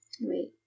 Wait